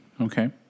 Okay